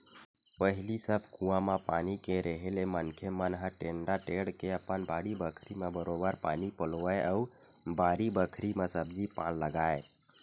पहिली सब कुआं म पानी के रेहे ले मनखे मन ह टेंड़ा टेंड़ के अपन बाड़ी बखरी म बरोबर पानी पलोवय अउ बारी बखरी म सब्जी पान लगाय